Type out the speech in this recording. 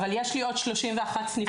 אבל יש לי עוד 31 סניפים שלא קיבלו שקל